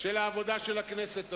של עבודת הכנסת הזאת.